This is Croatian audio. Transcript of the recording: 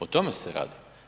O tome se radi.